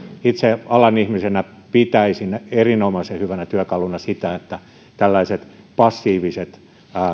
itse alan ihmisenä pitäisin erinomaisen hyvänä työkaluna sitä että tällaiset passiiviset